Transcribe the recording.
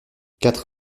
quatre